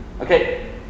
Okay